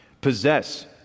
possess